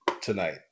tonight